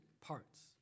parts